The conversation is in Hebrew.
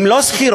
הן לא שכירות